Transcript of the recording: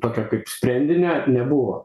tokio kaip sprendinio nebuvo